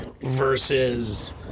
versus